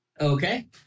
Okay